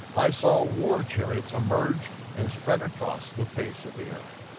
i saw war chariots emerge and spread across the face of the earth.